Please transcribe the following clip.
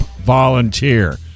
volunteer